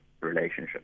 relationship